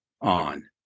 on